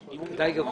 מדי.